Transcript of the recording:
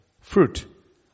fruit